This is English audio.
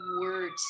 words